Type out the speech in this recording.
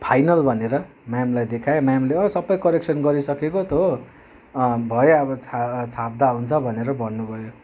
final भनेर म्यामलाई देखाएँ म्यामले अँ सबै करेक्सन गरिसकेको त हो अँ भयो अब छाप छाप्दा हुन्छ भनेर भन्नुभयो